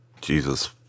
Jesus